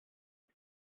you